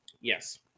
Yes